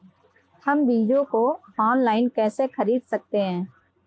हम बीजों को ऑनलाइन कैसे खरीद सकते हैं?